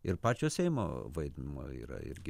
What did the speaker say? ir pačio seimo vaidmuo yra irgi